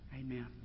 Amen